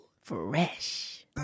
Fresh